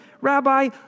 Rabbi